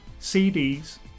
CDs